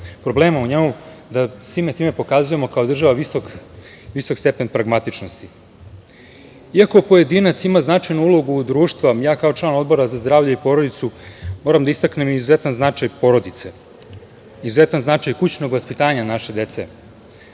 problema u njemu pokazati visok stepen pragmatičnosti. Iako pojedinac ima značajnu ulogu u društvu, ja kao član Odbora za zdravlje i porodicu moram da istaknem izuzetan značaj porodice, izuzetan značaj kućnog vaspitanja naše dece.